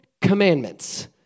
Commandments